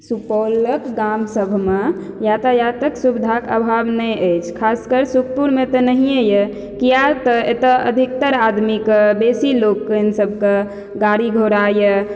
सुपौलक गाम सभ मे यातायातके सुविधाके अभाव नहि अछि खासकर सुखपुर मे तऽ नहिये अछि किया तऽ एतय अधिकतर आदमी कऽ बेसी लोकनि सबके गाड़ी घोड़ा यऽ